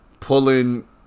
Pulling